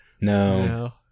No